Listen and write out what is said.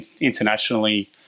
internationally